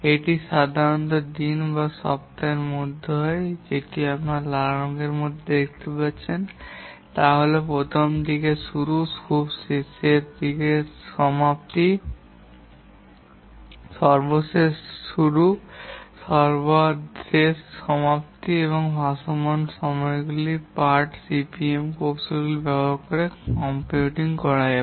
এটি সাধারণত দিন বা সপ্তাহের মধ্যে হয় এবং আপনি যেটি লাল রঙের মধ্যে দেখতে পাচ্ছেন তা হল প্রথম দিকের শুরু খুব শীঘ্রই সমাপ্তি সর্বশেষ শুরু সর্বশেষ সমাপ্তি এবং এই ভাসমান সময়গুলি পার্ট সিপিএম কৌশলটি ব্যবহার করে কম্পিউটিং করা হবে